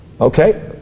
okay